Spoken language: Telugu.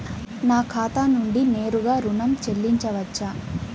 నా ఖాతా నుండి నేరుగా ఋణం చెల్లించవచ్చా?